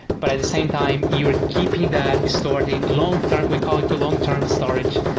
but at the same time, you're keeping that stored and long-term. we call it a long-term storage.